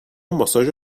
ماساژ